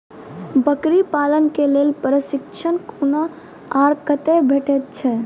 बकरी पालन के लेल प्रशिक्षण कूना आर कते भेटैत छै?